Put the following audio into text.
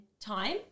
time